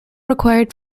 required